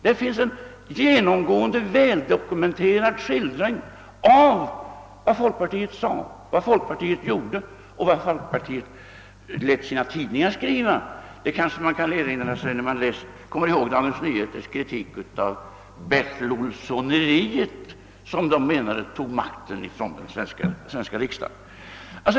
Där finns en genomgående väldokumenterad skildring av vad folkpartiet sade, vad folkpartiet gjorde och vad folkpartiet lät sina tidningar skriva; man kan erinra sig Dagens Nyheters kritik av »bertilolssoneriet», som enligt tidningen tog makten från den svenska riksdagen.